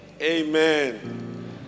Amen